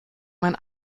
mein